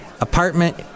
apartment